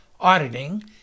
auditing